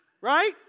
right